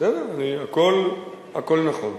בסדר, הכול נכון.